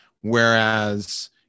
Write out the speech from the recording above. whereas